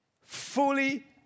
fully